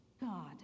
God